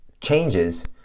changes